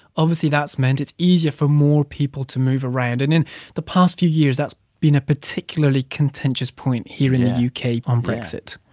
obviously, that's meant it's easier for more people to move around. and in the past few years, that's been a particularly contentious point here in the u k. on brexit